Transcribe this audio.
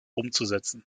umzusetzen